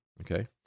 okay